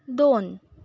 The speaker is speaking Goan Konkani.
दोन